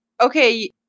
Okay